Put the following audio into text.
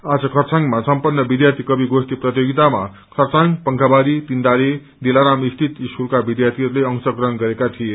आज खरसाङमा सम्पन्न विध्यार्थी कवि गोष्ठी प्रतियोगितामा खरसाङ पंखाबारी तीनबारे दिलाराम सिति स्कूलका विध्यार्थीहरूले अंश ग्रहण गरेका गीए